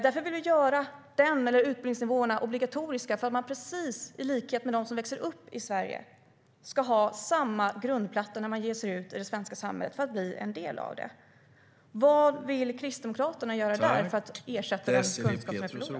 Därför vill vi göra utbildningsnivåerna obligatoriska, så att man när man ger sig ut i det svenska samhället för att bli en del av det har samma grundplatta som de som växer upp i Sverige. Vad vill Kristdemokraterna göra för att ersätta den kunskap som är förlorad?